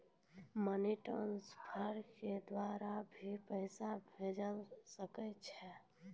Money transfer के द्वारा भी पैसा भेजै सकै छौ?